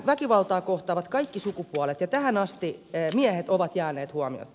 väkivaltaa kohtaavat kaikki sukupuolet ja tähän asti miehet ovat jääneet huomiotta